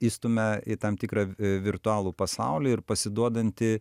įstumia į tam tikrą virtualų pasaulį ir pasiduodanti